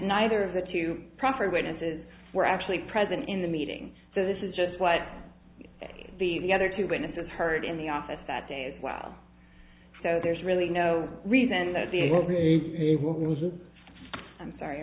neither of the two proffered witnesses were actually present in the meeting so this is just what the other two witnesses heard in the office that day as well so there's really no reason that he was a i'm sorry